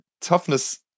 toughness